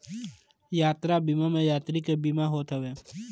यात्रा बीमा में यात्री के बीमा होत हवे